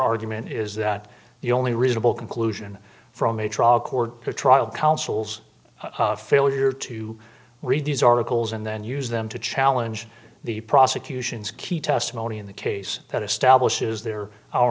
argument is that the only reasonable conclusion from a trial court trial counsel's failure to read these articles and then use them to challenge the prosecution's key testimony in the case that establishes the